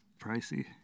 pricey